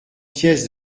pièces